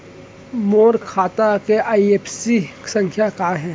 मोर खाता के आई.एफ.एस.सी संख्या का हे?